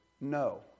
no